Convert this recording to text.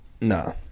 No